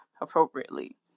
appropriately